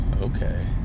okay